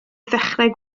ddechrau